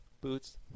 boots